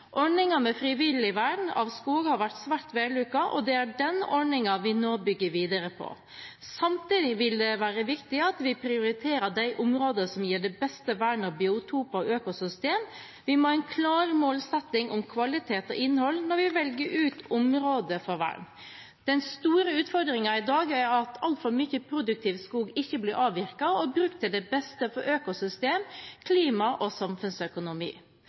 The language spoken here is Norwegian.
med frivillig vern av skog har vært svært vellykket, og det er den ordningen vi nå bygger videre på. Samtidig vil det være viktig at vi prioriterer de områder som gir det beste vernet av biotoper og økosystem. Vi må ha en klar målsetting om kvalitet og innhold når vi velger ut områder for vern. Den store utfordringen i dag er at altfor mye produktiv skog ikke blir avvirket og brukt til det beste for økosystem, klima og samfunnsøkonomi.